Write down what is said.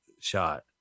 shot